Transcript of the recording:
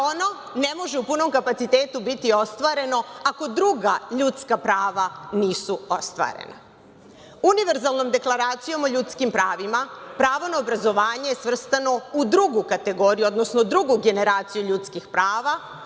ali ono ne može u punom kapacitetu biti ostareno ako druga ljudska prava nisu ostvarena. Univerzalnom Deklaracijom o ljudskim pravima pravo na obrazovanje je svrstano u drugu kategoriju, odnosno drugu generaciju ljudskih prava